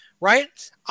Right